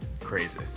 crazy